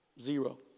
Zero